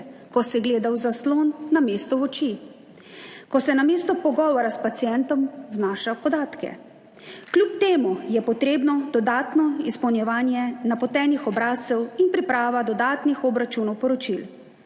ko se gleda v zaslon namesto v oči, ko se namesto pogovora s pacientom znaša podatke, kljub temu je potrebno dodatno izpolnjevanje napotenih obrazcev in priprava dodatnih obračunov, poročil.